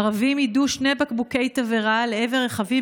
ערבים יידו שני בקבוקי תבערה לעבר רכבים